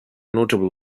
notable